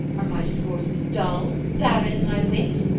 are my discourses dull? barren my wit?